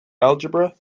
algebra